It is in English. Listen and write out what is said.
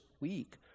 week